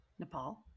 Nepal